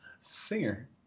singer